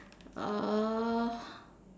uh